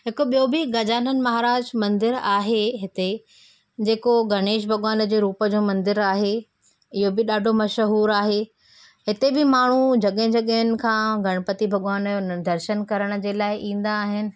हिकु ॿियो बि गजानंद महाराज मंदरु आहे हिते जेको गणेश भॻवान जो रूप जो मंदरु आहे इहो बि ॾाढो मशहूरु आहे हिते बि माण्हू जॻह जॻहनि खां गणपति भॻवान यो दर्शनु करण जे लाइ ईंदा आहिनि